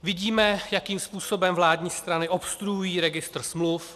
Vidíme, jakým způsobem vládní strany obstruují registr smluv.